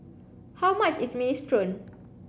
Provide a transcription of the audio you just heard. how much is Minestrone